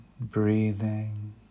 Breathing